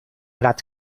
lat